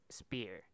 spear